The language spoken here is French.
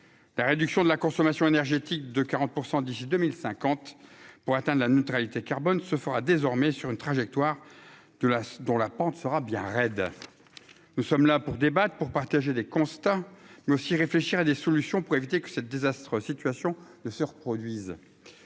la réduction de la consommation énergétique de 40 % d'ici 2050 pour atteindre la neutralité carbone se fera désormais sur une trajectoire de là dont la pente sera bien raide, nous sommes là pour débattre, pour partager les constats mais aussi réfléchir à des solutions pour éviter que ce désastre situation ne se reproduise